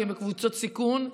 כי הם בקבוצות סיכון,